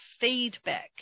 feedback